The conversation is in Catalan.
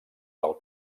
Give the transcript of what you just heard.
del